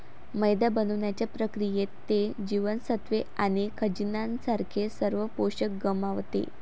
मैदा बनवण्याच्या प्रक्रियेत, ते जीवनसत्त्वे आणि खनिजांसारखे सर्व पोषक गमावते